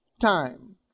time